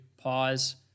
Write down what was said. pause